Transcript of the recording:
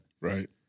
Right